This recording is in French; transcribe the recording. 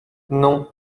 non